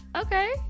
okay